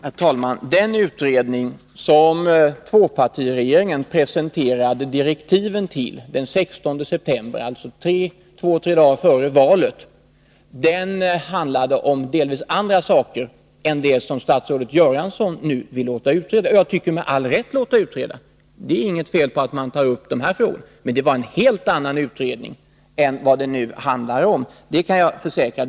Herr talman! Den utredning som tvåpartiregeringen presenterade direktiven till den 16 september, dvs. tre dagar före valet, handlade om delvis andra saker än det som statsrådet Göransson nu vill låta utreda — med all rätt, tycker jag, därför att det är inget fel i att man tar upp dessa frågor. Men det var en helt annan utredning än vad det nu handlar om, det kan jag försäkra.